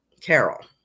Carol